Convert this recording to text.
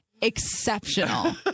Exceptional